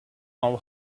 know